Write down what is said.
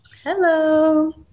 Hello